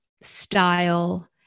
style